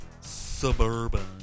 Suburban